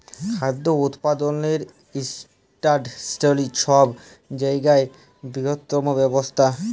খাদ্য উৎপাদলের ইন্ডাস্টিরি ছব জায়গার বিরহত্তম ব্যবসা